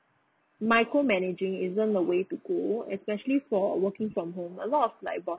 micromanaging isn't the way to go especially for working from home a lot of like bosses